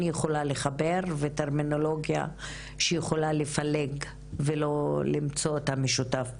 יכולה לחבר וטרמינולוגיה שיכולה לפלג ולא למצוא את המשותף בתוכם.